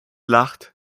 lacht